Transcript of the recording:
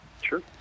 Sure